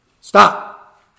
Stop